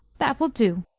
that will do.